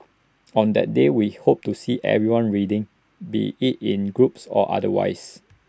on that day we hope to see everyone reading be IT in groups or otherwise